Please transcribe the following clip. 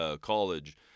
college